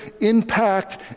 impact